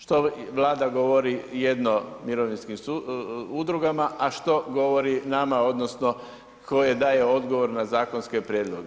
Što Vlada govori jedno mirovinskim udrugama, a što govori nama, odnosno koje daje odgovor na zakonske prijedloge.